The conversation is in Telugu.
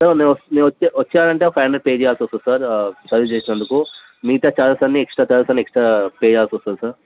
సార్ నేను నేను వస్త వచ్చాను అంటే ఒక ఫైవ్ హండ్రెడ్ పే చేయాల్సి వస్తుంది సార్ సర్వీస్ చేసినందుకు మిగతా చార్జెస్ అన్నీ ఎక్స్ట్రా చార్జెస్ అన్నీ ఎక్స్ట్రా పే చేయాల్సి వస్తుంది సార్